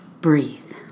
breathe